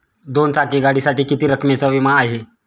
दोन चाकी गाडीसाठी किती रकमेचा विमा आहे?